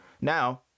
Now